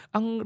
Ang